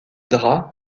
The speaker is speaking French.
drap